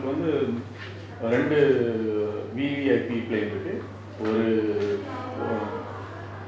வந்து ரெண்டு:vanthu rendu V_V_I_P plane இருக்கு ஒரு:iruku oru